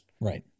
Right